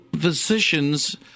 physicians